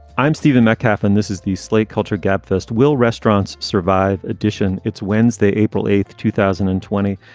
i'm stephen metcalf and this is the slate culture gabfest will restaurants survive edition? it's wednesday, april eighth, two thousand and twenty.